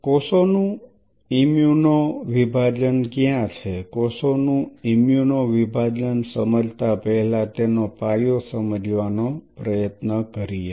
કોષોનું ઇમ્યુનો વિભાજન ક્યાં છે કોષોનું ઇમ્યુનો વિભાજન સમજતા પહેલા તેનો પાયો સમજવાનો પ્રયત્ન કરો